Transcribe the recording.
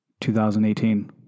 2018